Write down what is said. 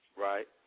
Right